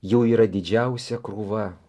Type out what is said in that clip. jų yra didžiausia krūva